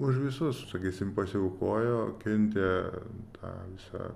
už visus sakysim pasiaukojo kentė tą visą